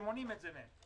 שמונעים את זה מהן,